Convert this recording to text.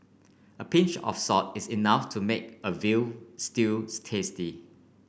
a pinch of salt is enough to make a veal stews tasty